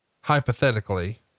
hypothetically